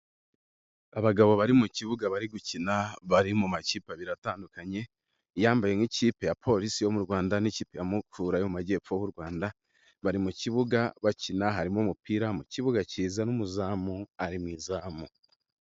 Abagabo bari mu kibuga bari gukina bari mu makipe abiri atandukanye, iyambaye nk'ikipe ya polisi yo mu Rwanda n'ikipe ya mukura yo mu majyepfo y'u Rwanda bari mu kibuga bakina, harimo umupira mu kibuga kiza n'umuzamu ari mu izamu.